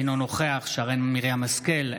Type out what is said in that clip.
אינו נוכח שרן מרים השכל,